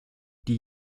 die